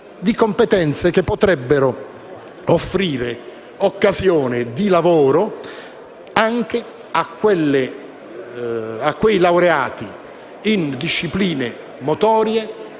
di competenze vere, che potrebbero offrire un'occasione di lavoro anche a quei laureati in discipline motorie